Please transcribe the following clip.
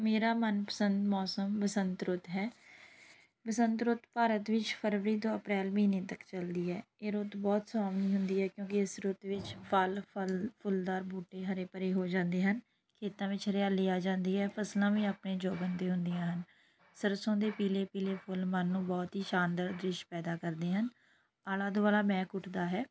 ਮੇਰਾ ਮਨਪਸੰਦ ਮੌਸਮ ਬਸੰਤ ਰੁੱਤ ਹੈ ਬਸੰਤ ਰੁੱਤ ਭਾਰਤ ਵਿੱਚ ਫਰਵਰੀ ਤੋਂ ਅਪ੍ਰੈਲ ਮਹੀਨੇ ਤੱਕ ਚਲਦੀ ਹੈ ਇਹ ਰੁੱਤ ਬਹੁਤ ਸੁਹਾਵਣੀ ਹੁੰਦੀ ਹੈ ਕਿਉਂਕਿ ਇਸ ਰੁੱਤ ਵਿੱਚ ਫਲ ਫਲ ਫੁੱਲਦਾਰ ਬੂਟੇ ਹਰੇ ਭਰੇ ਹੋ ਜਾਂਦੇ ਹਨ ਖੇਤਾਂ ਵਿੱਚ ਹਰਿਆਲੀ ਆ ਜਾਂਦੀ ਹੈ ਫਸਲਾਂ ਵੀ ਆਪਣੇ ਜੋਬਨ 'ਤੇ ਹੁੰਦੀਆਂ ਹਨ ਸਰਸੋਂ ਦੇ ਪੀਲੇ ਪੀਲੇ ਫੁੱਲ ਮਨ ਨੂੰ ਬਹੁਤ ਹੀ ਸ਼ਾਨਦਾਰ ਦ੍ਰਿਸ਼ ਪੈਦਾ ਕਰਦੇ ਹਨ ਆਲਾ ਦੁਆਲਾ ਮਹਿਕ ਉੱਠਦਾ ਹੈ